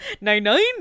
Nine-nine